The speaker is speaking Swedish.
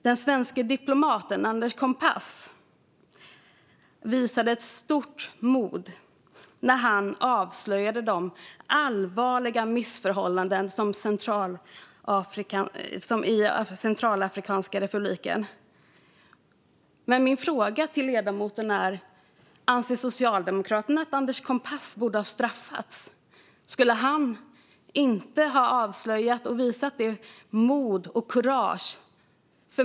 Den svenske diplomaten Anders Kompass visade stort mod när han avslöjade de allvarliga missförhållandena i Centralafrikanska republiken. Anser Socialdemokraterna att Anders Kompass borde ha straffats? Skulle han inte ha visat mod och avslöjat missförhållandena?